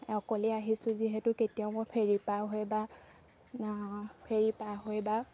অকলে আহিছোঁ যিহেতু কেতিয়াও মই ফেৰি পাৰ হয় বা ফেৰি পাৰ হয় বা